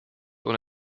ohne